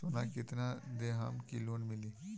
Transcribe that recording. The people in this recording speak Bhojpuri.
सोना कितना देहम की लोन मिली?